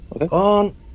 Okay